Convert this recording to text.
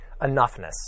enoughness